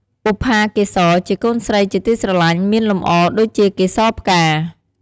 បុប្ផាកេសរ ជាកូនស្រីជាទីស្រលាញ់មានលម្អដូចជាកេសរផ្កា។